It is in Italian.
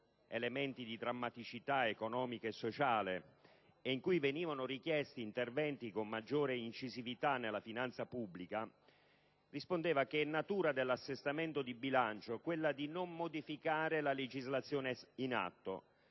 elementi di drammaticità economica e sociale e in cui venivano richiesti interventi maggiormente incisivi nella finanza pubblica, rispondeva che è natura dell'assestamento di bilancio quella di non modificare la legislazione in atto,